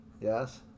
Yes